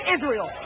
Israel